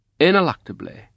ineluctably